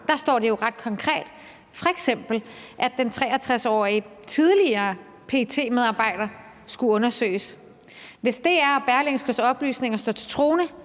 fra, står det jo ret konkret, f.eks. at den 63-årige tidligere PET-medarbejder skulle undersøges. Hvis DR og Berlingskes oplysninger står til troende,